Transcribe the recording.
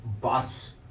bus